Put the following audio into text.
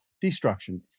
destruction